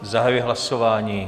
Zahajuji hlasování.